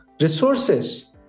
resources